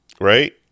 right